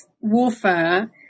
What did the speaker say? warfare